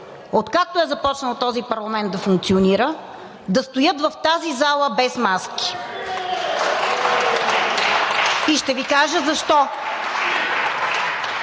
откакто е започнал този парламент да функционира, да стоят в тази зала без маски. (Ръкопляскания от